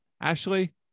Ashley